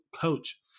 coach